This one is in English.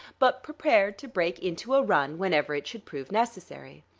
but prepared to break into a run whenever it should prove necessary.